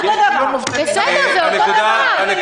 זה אותו דבר.